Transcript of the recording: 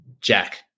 Jack